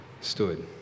stood